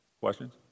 Questions